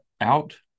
out